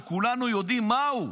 שכולנו יודעים מה הוא,